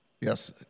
yes